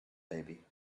baby